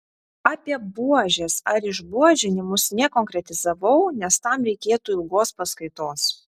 apie buožes ar išbuožinimus nekonkretizavau nes tam reikėtų ilgos paskaitos